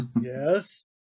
Yes